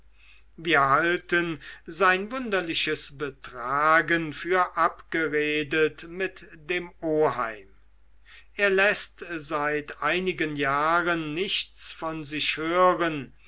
wir halten sein wunderliches betragen für abgeredet mit dem oheim er läßt seit einigen jahren nichts von sich hören